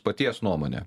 paties nuomone